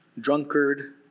drunkard